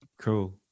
cool